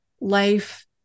life